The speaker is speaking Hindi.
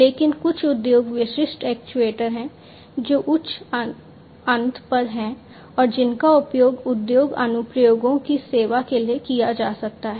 लेकिन कुछ उद्योग विशिष्ट एक्चुएटर हैं जो उच्च अंत पर हैं और जिनका उपयोग उद्योग अनुप्रयोगों की सेवा के लिए किया जा सकता है